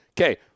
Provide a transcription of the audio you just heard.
Okay